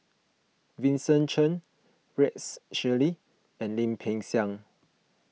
Vincent Cheng Rex Shelley and Lim Peng Siang